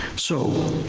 so.